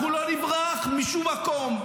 אנחנו לא נברח משום מקום.